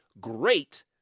great